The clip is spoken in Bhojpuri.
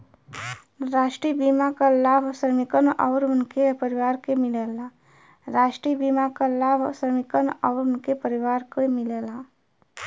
राष्ट्रीय बीमा क लाभ श्रमिकन आउर उनके परिवार के मिलेला